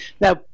now